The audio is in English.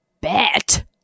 bet